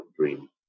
dream